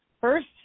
first